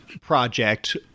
project